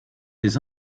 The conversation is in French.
des